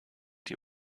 die